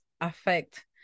affect